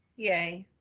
yay.